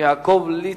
יעקב ליצמן,